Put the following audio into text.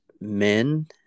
men